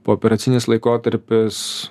pooperacinis laikotarpis